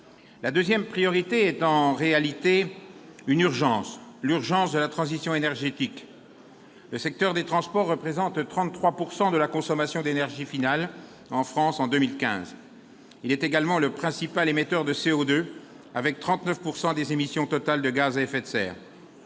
La deuxième priorité est en réalité une urgence : la transition énergétique. Le secteur des transports représentait 33 % de la consommation d'énergie finale en France en 2015. Il était également le principal émetteur de CO2, avec 39 % des émissions totales de gaz à effet de serre.